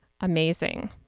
amazing